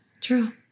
True